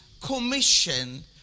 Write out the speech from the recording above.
commission